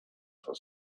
for